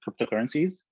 cryptocurrencies